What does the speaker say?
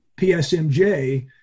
PSMJ